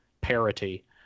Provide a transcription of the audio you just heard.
parity